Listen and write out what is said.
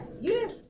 yes